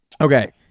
Okay